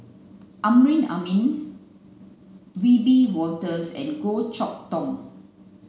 Amrin Amin Wiebe Wolters and Goh Chok Tong